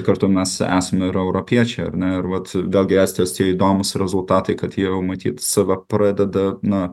kartu mes esame ir europiečiai ar ne ir vat vėlgi estijos tie įdomūs rezultatai kad jau matyt save pradeda na